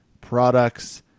products